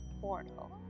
portal